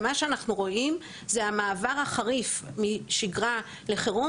ומה שאנחנו רואים זה המעבר החריף משגרה לחירום